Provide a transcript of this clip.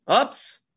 oops